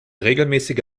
regelmäßige